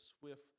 swift